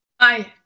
hi